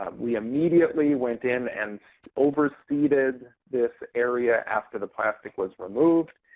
we immediately went in and overseeded this area after the plastic was removed.